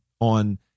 on